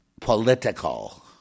political